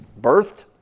birthed